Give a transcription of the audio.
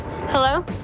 Hello